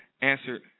answered